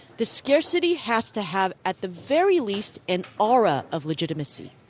the scarcity has to have, at the very least, an aura of legitimacy